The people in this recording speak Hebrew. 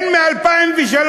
הם מ-2003,